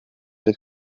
del